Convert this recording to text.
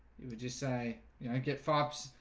you would just say, you know get faps.